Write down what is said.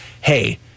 hey